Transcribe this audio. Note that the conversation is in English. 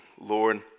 Lord